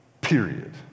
period